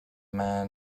man